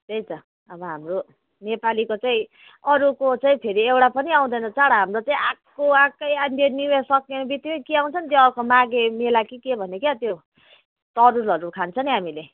त्यही त अब हाम्रो नेपालीको चाहिँ अरूको चाहिँ फेरि एउटा पनि आउँदैन चाड हाम्रो चाहिँ आएको आएकै अन्त त्यो न्यू इयर सक्ने बित्तिकै के आउँछ नि त्यो अर्को माघे मेला कि के भन्ने क्या त्यो तरुलहरू खान्छ नि हामीले